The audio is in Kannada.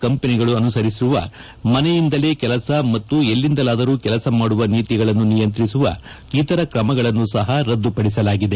ಕಂಪನಿಗಳು ಅನುಸರಿಸಿರುವ ಮನೆಯಿಂದಲೇ ಕೆಲಸ ಮತ್ತು ಎಲ್ಲಿಂದಾದರೂ ಕೆಲಸ ಮಾಡುವ ನೀತಿಗಳನ್ನು ನಿಯಂತ್ರಿಸುವ ಇತರ ಕ್ರಮಗಳನ್ನು ಸಹ ರದ್ದುಪಡಿಸಲಾಗಿದೆ